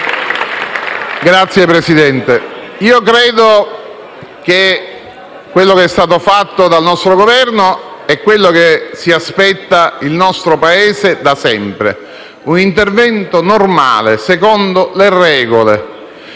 ringrazio, Presidente. Io credo che quanto è stato fatto dal nostro Governo sia ciò che si aspetta il nostro Paese da sempre: un intervento normale, secondo le regole,